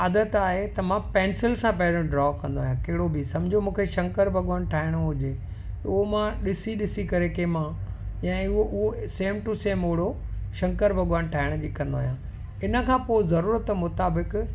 आदत आहे त मां पैंसिल सां पहिरियों ड्रॉ कंदो आहियां कहिड़ो बि सम्झो मूंखे शंकर भॻवानु ठाहिणो हुजे उहो मां ॾिसी ॾिसी करे कंहिं मां या उहे उहो सेम टू सेम ओड़ो शंकर भॻवानु ठाहिण जी कंदो आहियां इन खां पोइ ज़रूरत मुताबिक़ु